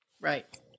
Right